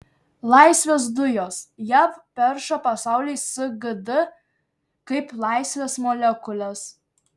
laisvės dujos jav perša pasauliui sgd kaip laisvės molekules